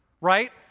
Right